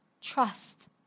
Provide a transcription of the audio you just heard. trust